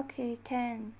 okay can